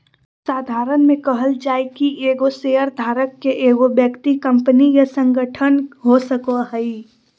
साधारण में कहल जाय कि एगो शेयरधारक के एगो व्यक्ति कंपनी या संगठन हो सको हइ